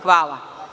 Hvala.